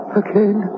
again